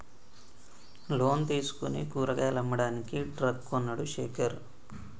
loan తీసుకుని కూరగాయలు అమ్మడానికి ట్రక్ కొన్నడు శేఖర్